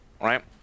right